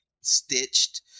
stitched